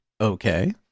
Okay